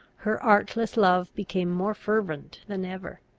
her artless love became more fervent than ever.